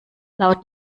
laut